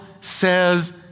says